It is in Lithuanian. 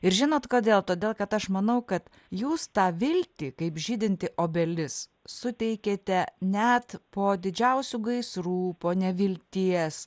ir žinot kodėl todėl kad aš manau kad jūs tą viltį kaip žydinti obelis suteikėte net po didžiausių gaisrų po nevilties